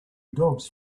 dogs